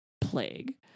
plague